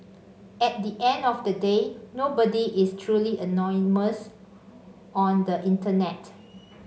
at the end of the day nobody is truly anonymous on the internet